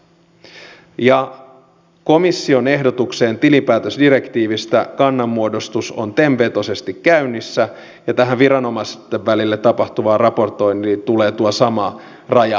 kannan muodostus komission ehdotukseen tilinpäätösdirektiivistä on tem vetoisesti käynnissä ja tähän viranomaisten välille tapahtuvaan raportointiin tulee tuo sama raja